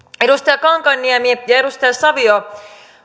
edustaja kankaanniemi ja edustaja savio